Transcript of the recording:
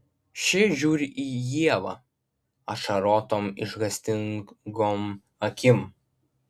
ši žiūri į ievą ašarotom išgąstingom akim